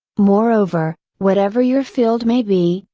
moreover, whatever your field may be,